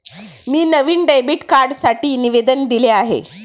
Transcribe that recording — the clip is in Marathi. मी नवीन डेबिट कार्डसाठी निवेदन दिले आहे